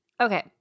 Okay